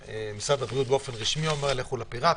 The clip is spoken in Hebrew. משרד הבריאות באופן רשמי אומר לכו לפיראטיים,